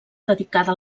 dedicada